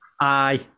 Aye